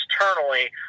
externally